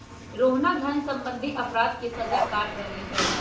रोहना धन सम्बंधी अपराध के सजा काट रहले है